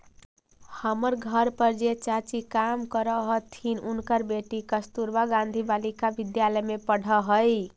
हमर घर पर जे चाची काम करऽ हथिन, उनकर बेटी कस्तूरबा गांधी बालिका विद्यालय में पढ़ऽ हई